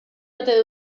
ote